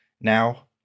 now